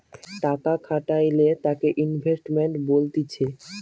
টাকা খাটাইলে তাকে ইনভেস্টমেন্ট বলতিছে